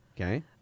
Okay